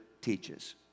teaches